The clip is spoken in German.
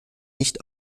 nicht